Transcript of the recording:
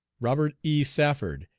robert e. safford,